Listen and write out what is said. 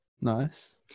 Nice